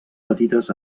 petites